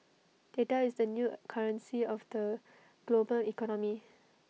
data is the new currency of the global economy